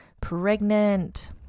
pregnant